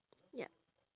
yup